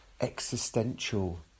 existential